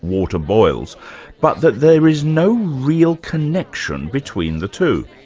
water boils but that there is no real connection between the two.